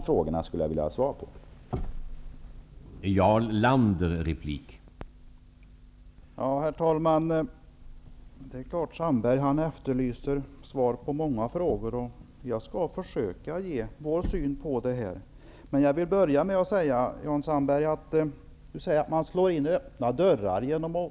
Jag skulle vilja ha svar på dessa frågor.